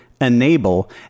enable